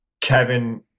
Kevin